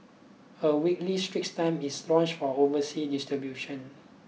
a weekly Straits Times is launched for overseas distribution